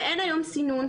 אין היום סינון,